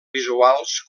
visuals